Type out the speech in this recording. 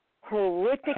horrific